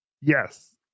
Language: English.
Yes